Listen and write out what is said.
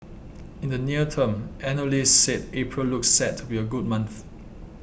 in the near term analysts said April looks set to be a good month